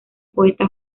poeta